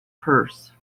purse